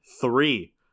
three